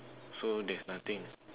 so there is nothing